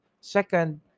Second